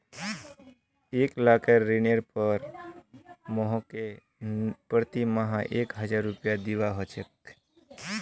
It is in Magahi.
एक लाखेर ऋनेर पर मोहनके प्रति माह एक हजार रुपया दीबा ह छेक